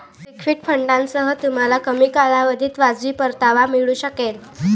liquid फंडांसह, तुम्हाला कमी कालावधीत वाजवी परतावा मिळू शकेल